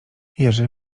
jerzy